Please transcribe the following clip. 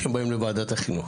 שהם באים לוועדת החינוך.